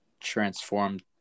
transformed